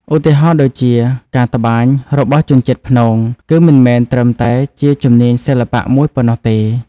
ឧទាហរណ៍ដូចជា ការត្បាញរបស់ជនជាតិព្នង គឺមិនមែនត្រឹមតែជាជំនាញសិល្បៈមួយប៉ុណ្ណោះទេ។